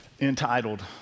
entitled